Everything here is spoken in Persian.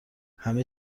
همه